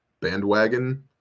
bandwagon